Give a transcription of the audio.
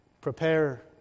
prepare